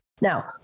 Now